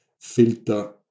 filter